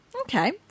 Okay